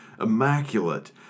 immaculate